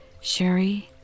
Sherry